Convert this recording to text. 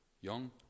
young